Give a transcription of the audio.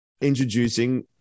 introducing